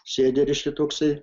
sėdi reiškia toksai